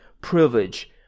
privilege